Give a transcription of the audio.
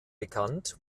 bekannt